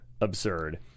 absurd